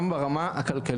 גם בגלל הרמה הכלכלית.